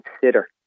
consider